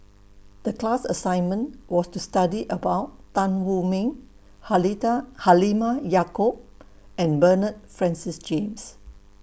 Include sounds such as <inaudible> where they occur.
The class assignment was to study about Tan Wu Meng <unintelligible> Halimah Yacob and Bernard Francis James